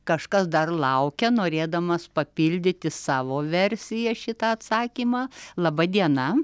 kažkas dar laukia norėdamas papildyti savo versija šitą atsakymą laba diena